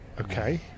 Okay